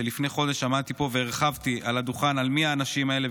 ולפני חודש עמדתי פה והרחבתי על הדוכן מי האנשים האלה,